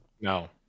No